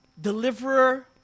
deliverer